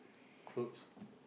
clothes